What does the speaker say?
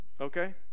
okay